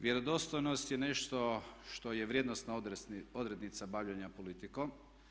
Vjerodostojnost je nešto što je vrijednosna odrednica bavljenja politikom.